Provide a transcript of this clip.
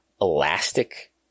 elastic